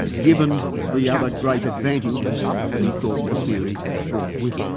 given the other great advantages that he thought the theory brought with it.